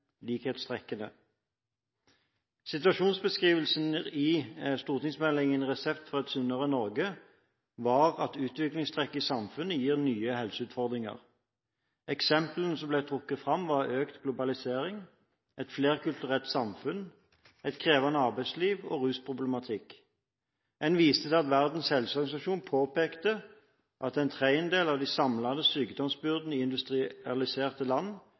Situasjonsbeskrivelsen i stortingsmeldingen Resept for et sunnere Norge var at utviklingstrekk i samfunnet gir nye helseutfordringer. Eksemplene som ble trukket fram, var økt globalisering, et flerkulturelt samfunn, et krevende arbeidsliv og rusproblematikk. En viste til at Verdens Helseorganisasjon påpekte at en tredel av den samlede sykdomsbyrden i industrialiserte land